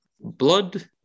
blood